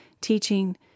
teaching